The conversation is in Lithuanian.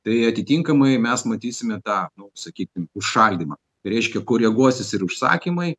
tai atitinkamai mes matysime tą sakykim užšaldymą tai reiškia koreguosis ir užsakymai